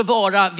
vara